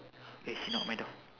eh she knock on my door